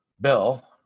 Bill